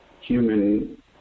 human